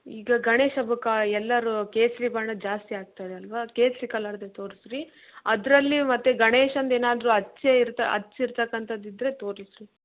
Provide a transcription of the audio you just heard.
ಈಗ ಗಣೇಶ ಹಬ್ಬಕ್ಕ ಎಲ್ಲರೂ ಕೇಸರಿ ಬಣ್ಣ ಜಾಸ್ತಿ ಹಾಕ್ತಾರೆ ಅಲ್ಲವಾ ಕೇಸರಿ ಕಲರ್ದೆ ತೋರಿಸ್ರಿ ಅದರಲ್ಲಿ ಮತ್ತು ಗಣೇಶಂದು ಏನಾದರೂ ಅಚ್ಚು ಇರ್ತ ಅಚ್ಚು ಇರ್ತಕ್ಕಂಥದ್ದು ಇದ್ದರೆ ತೋರಿಸು